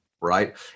right